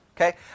Okay